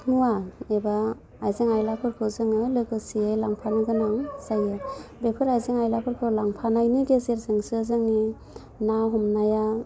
मुवा एबा आइजें आइलाफोरखौ जोङो लेगोसेयै लांफानो गोनां जायो बेफोर आइजें आइलाफोरखौ लांफानायनि गेजेरजोंसो जोंनि ना हमनाया